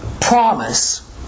promise